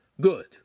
Good